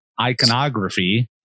iconography